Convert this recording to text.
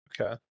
okay